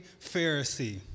Pharisee